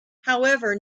however